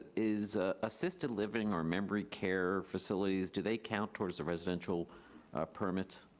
is ah assisted living or memory care facilities, do they count towards the residential permits?